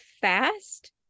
fast